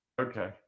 Okay